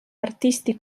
artisti